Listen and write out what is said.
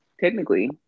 Technically